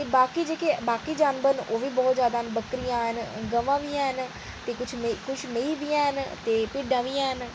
ते बाकी जानवर न ओह् ऐ न बकरियां न गवां न ते किश मैंहीं बी हैन ते भिड़ां बी हैन